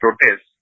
protest